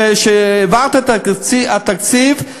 כשהעברת את התקציב,